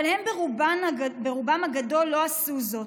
אבל הם, ברובם הגדול, לא עשו זאת.